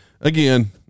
Again